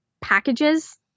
packages